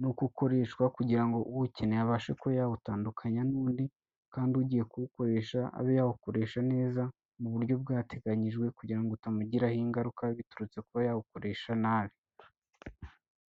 nuko ukoreshwa, kugira ngo uwukeneye abashe kuba yawutandukanya n'undi, kandi ugiye kuwukoresha abe yawukoresha neza mu buryo bwateganyijwe, kugira ngo utamugiraho ingaruka biturutse kuba yawukoresha nabi.